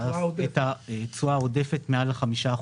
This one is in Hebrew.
התשואה העודפת מעל ל-5%.